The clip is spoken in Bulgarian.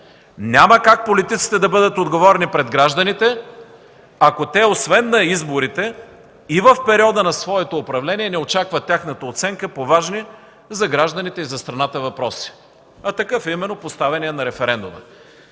Няма как политиците да бъдат отговорни пред гражданите, ако те освен на изборите и в периода на своето управление не очакват тяхната оценка по важни за гражданите и за страната въпроси. Такъв е именно поставеният на референдума.